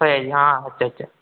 सयाजी हां अच्छा अच्छा